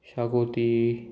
शाकोती